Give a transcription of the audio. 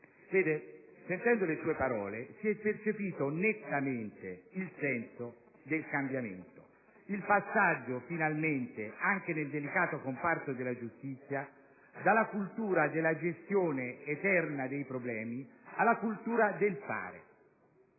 lei. Ascoltando le sue parole si è percepito nettamente il senso del cambiamento, il passaggio, finalmente anche nel delicato comparto della giustizia, dalla cultura della gestione eterna dei problemi alla cultura del fare.